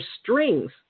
strings